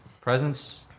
Presence